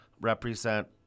represent